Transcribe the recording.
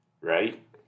Right